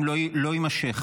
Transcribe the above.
לא עכשיו.